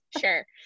Sure